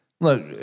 Look